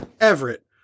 Everett